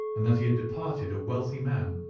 and that he had departed a wealthy man,